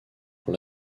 pour